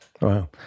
Wow